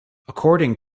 according